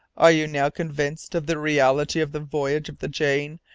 are you now convinced of the reality of the voyage of the jane,